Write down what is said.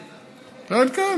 בצלאל,